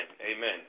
Amen